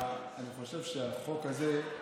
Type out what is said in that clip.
אני חושב שהחוק הזה,